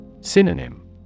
Synonym